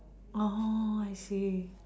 oh I see